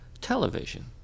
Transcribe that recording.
Television